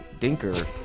dinker